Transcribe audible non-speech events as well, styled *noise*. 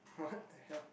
*laughs* what the hell